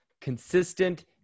consistent